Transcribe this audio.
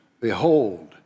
Behold